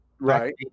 Right